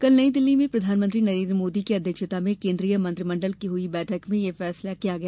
कल नई दिल्ली में प्रधानमंत्री नरेंद्र मोदी की अध्यक्षता में केंद्रीय मंत्रिमंडल की हुई बैठक में यह फैसला किया गया